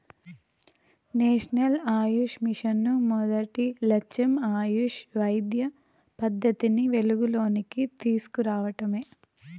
national AYUSH mission మొదటి లచ్చెం ఆయుష్ వైద్య పద్దతిని వెలుగులోనికి తీస్కు రావడమే